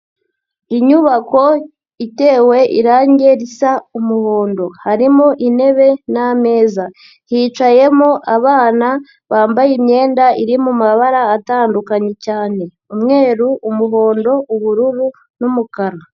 Inyubako itewe irangi risa umuhondo, harimo intebe n'ameza hicayemo abana bambaye imyenda iri mu mabara atandukanye cyane, umweru, umuhondo, ubururu n'umukara.